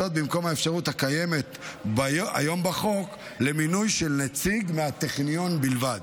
במקום האפשרות הקיימת היום בחוק למינוי של נציג מהטכניון בלבד.